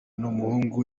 n’umuhungu